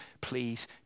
please